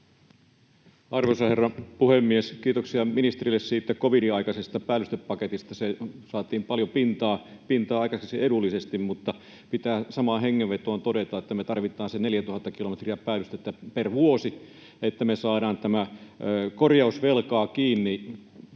Arvoisa herra puhemies! Kiitoksia ministerille siitä covidin aikaisesta päällystepaketista — sillä saatiin paljon pintaa aikaiseksi edullisesti — mutta pitää samaan hengenvetoon todeta, että me tarvitaan se 4 000 kilometriä päällystettä per vuosi, että me saadaan tätä korjausvelkaa kiinni.